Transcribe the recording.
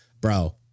bro